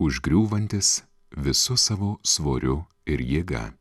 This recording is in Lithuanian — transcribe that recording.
užgriūvantis visu savo svoriu ir jėga